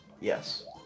yes